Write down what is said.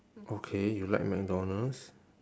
okay you like mcdonald's